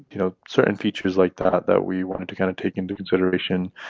you know, certain features like that that we wanted to kind of take into consideration.